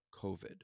COVID